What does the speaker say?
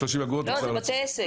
לא, זה בתי עסק.